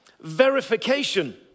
verification